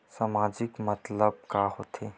सामाजिक मतलब का होथे?